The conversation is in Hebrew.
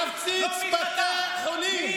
להפציץ בתי חולים,